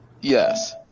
Yes